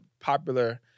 popular